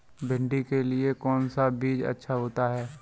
भिंडी के लिए कौन सा बीज अच्छा होता है?